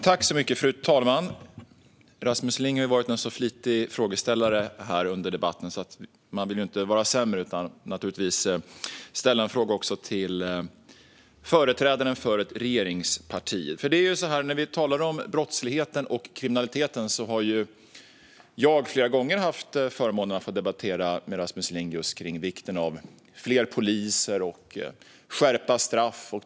Fru talman! Rasmus Ling har varit en flitig frågeställare under debatten. Man vill inte vara sämre utan naturligtvis ställa en fråga också till företrädaren för ett regeringsparti. När det gäller brottsligheten och kriminaliteten har jag flera gånger haft förmånen att få debattera med Rasmus Ling om vikten av fler poliser och skärpta straff.